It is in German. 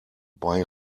bei